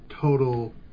total